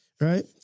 Right